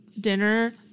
dinner